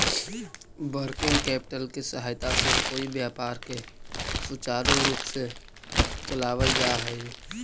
working capital के सहायता से कोई व्यापार के सुचारू रूप से चलावल जा हई